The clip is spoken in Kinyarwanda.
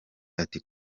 ati